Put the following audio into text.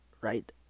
Right